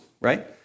right